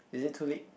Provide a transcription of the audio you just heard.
is it too late